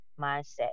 mindset